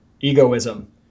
egoism